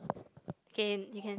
okay you can